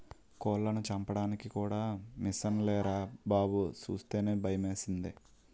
కోళ్లను చంపడానికి కూడా మిసన్లేరా బాబూ సూస్తేనే భయమేసింది